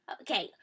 Okay